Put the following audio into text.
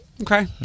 Okay